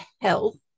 health